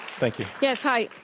thank you. yes, hi.